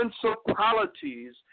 principalities